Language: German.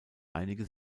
einige